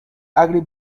agri